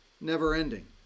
never-ending